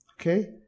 Okay